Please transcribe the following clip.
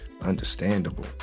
understandable